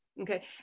Okay